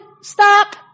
Stop